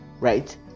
right